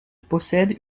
possède